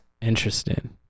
Interesting